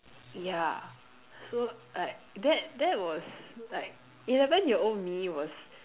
yeah so like that that was like eleven year old me was